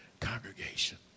congregation